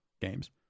games